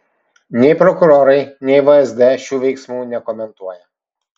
nei prokurorai nei vsd šių veiksmų nekomentuoja